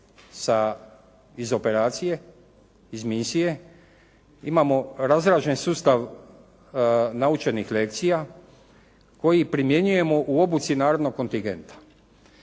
iz operacije, iz misije. Imamo razrađen sustav naučenih lekcija koji primjenjujemo u obuci narednog kontingenta